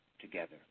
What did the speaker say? together